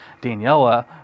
Daniela